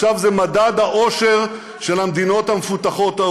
עכשיו זה מדד האושר של המדינות המפותחות,